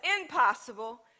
impossible